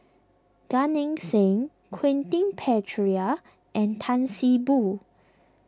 Gan Eng Seng Quentin Pereira and Tan See Boo